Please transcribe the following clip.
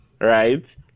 right